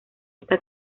esta